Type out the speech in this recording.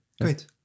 Great